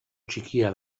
txikia